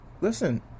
listen